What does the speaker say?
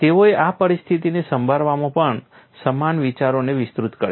તેઓએ આ પરિસ્થિતિને સંભાળવામાં પણ સમાન વિચારોને વિસ્તૃત કર્યા